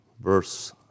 verse